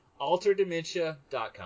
alterdementia.com